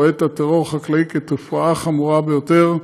רואה את הטרור החקלאי כתופעה חמורה ביותר.